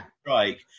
strike